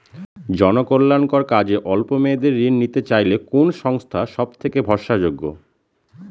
জনকল্যাণকর কাজে অল্প মেয়াদী ঋণ নিতে চাইলে কোন সংস্থা সবথেকে ভরসাযোগ্য?